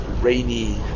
rainy